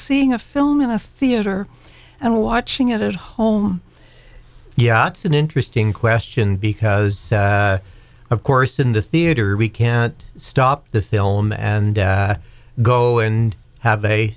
seeing a film in the theater and watching it at home yeah it's an interesting question because of course in the theater we can't stop the film and go and have a